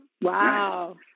Wow